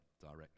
direction